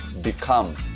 Become